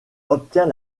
obtient